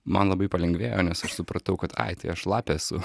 man labai palengvėjo nes aš supratau kad ai tai aš lapė esu